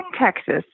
Texas